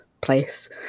place